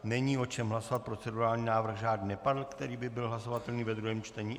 Není o čem hlasovat, procedurální návrh žádný nepadl, který by byl hlasovatelný ve druhém čtení.